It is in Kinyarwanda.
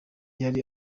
yari